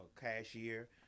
cashier